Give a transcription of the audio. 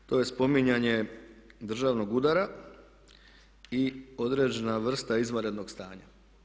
To je spominjanje državnog udara i određena vrsta izvanrednog stanja.